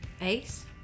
Ace